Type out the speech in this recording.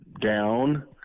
down